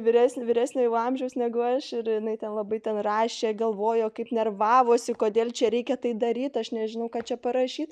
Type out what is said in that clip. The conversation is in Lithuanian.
vyresni vyresnė jau amžiaus negu aš ir jinai ten labai ten rašė galvojo kaip nervavosi kodėl čia reikia tai daryt aš nežinau ką čia parašyt